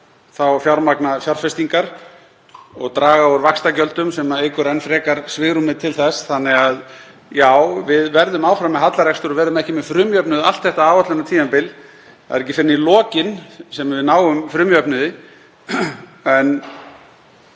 þá fjármagna fjárfestingar og draga úr vaxtagjöldum sem eykur enn frekar svigrúmið. Þannig að já, við verðum áfram með hallarekstur og verðum ekki með frumjöfnuð allt þetta áætlunartímabil. Það verður ekki fyrr en í lokin sem við náum frumjöfnuði. En